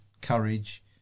courage